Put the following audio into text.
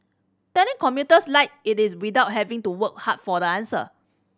telling commuters like it is without having to work hard for the answer